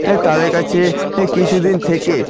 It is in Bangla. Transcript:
তাদের কাছে এ কিছু দিন থেকে